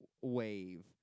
wave